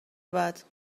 بعد